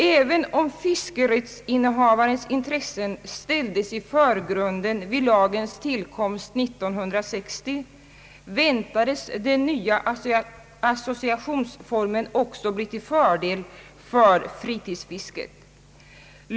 Även om fiskerättsinnehavarens intressen ställdes i förgrunden vid lagens tillkomst 1960, väntades den nya associationsformen också bli till fördel för fritidsfisket.